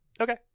Okay